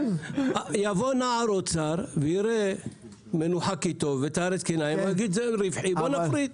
יבוא נער אוצר ו"יראה מנוחה כי טוב" ויגיד שזה רווחי אז בוא נפריט.